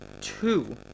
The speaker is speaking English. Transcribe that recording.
two